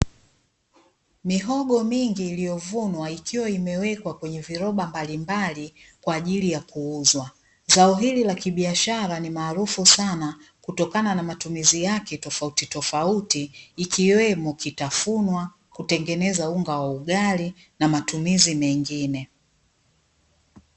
Mihogo mingi iliyovunwa ikiwa imewekwa kwenye viroba mbalimbali kwa ajili ya kuuzwa, zao hili la kibiashara ni maarufu sana kutokana na matumizi yake tofautitofauti ikiwemo kitafunwa, kutengeneza unga wa ugali na matumizi mengine.